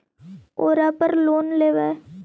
ओरापर लोन लेवै?